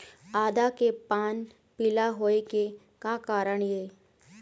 आदा के पान पिला होय के का कारण ये?